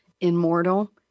immortal